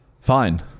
Fine